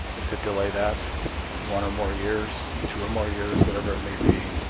it could delay that one or more years, two or more years, whatever it may be.